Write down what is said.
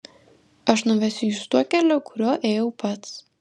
aš nuvesiu jus tuo keliu kuriuo ėjau pats